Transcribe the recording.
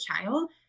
child